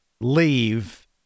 leave